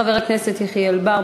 חבר הכנסת יחיאל בר,